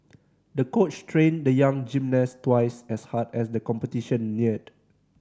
the coach trained the young gymnast twice as hard as the competition neared